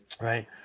Right